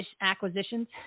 acquisitions